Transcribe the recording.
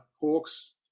Hawks